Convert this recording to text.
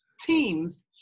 teams